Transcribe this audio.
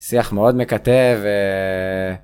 שיח מאוד מקטב.